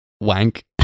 wank